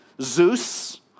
Zeus